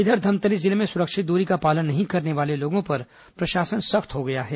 इधर धमतरी जिले में सुरक्षित दूरी का पालन नहीं करने वाले लोगों पर प्रशासन सख्त हो गया है